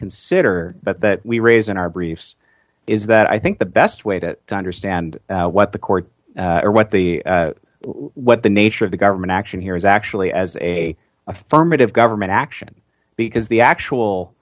consider but that we raise in our briefs is that i think the best way to understand what the court or what the what the nature of the government action here is actually as a affirmative government action because the